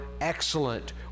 excellent